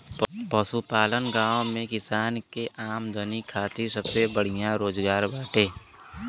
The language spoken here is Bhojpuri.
पशुपालन गांव में किसान के आमदनी खातिर सबसे बढ़िया रोजगार बाटे